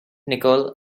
nicole